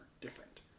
different